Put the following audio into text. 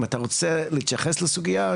אם אתה רוצה להתייחס לסוגייה,